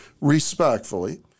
respectfully